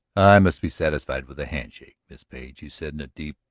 i must be satisfied with a hand-shake, miss page, he said in a deep,